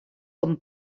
com